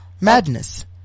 Madness